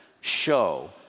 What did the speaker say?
show